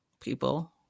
people